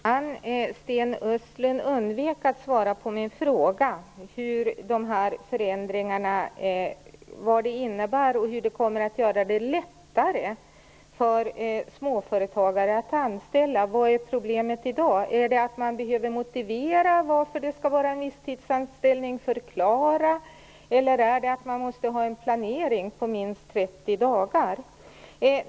Herr talman! Sten Östlund undvek att svara på min fråga. Vad innebär de här förändringarna och hur kommer de att göra det lättare för småföretagare att anställa? Vad är problemet i dag? Är det att man behöver motivera och förklara varför det skall vara en visstidsanställning, eller är det att man måste ha en planering på minst 30 dagar?